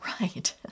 right